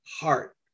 heart